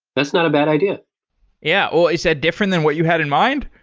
that's not a bad idea yeah. oh, i said different than what you had in mind?